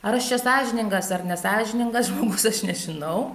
ar aš čia sąžiningas ar nesąžiningas žmogus aš nežinau